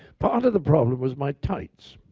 part of the problem was my tights.